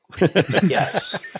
Yes